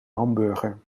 hamburger